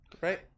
Right